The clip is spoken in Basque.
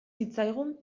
zitzaigun